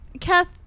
kath